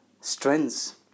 strengths